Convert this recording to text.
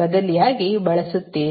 ಬದಲಿಯಾಗಿ ಬಳಸುತ್ತೀರಿ